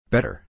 Better